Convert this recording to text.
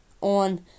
on